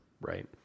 right